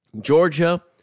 Georgia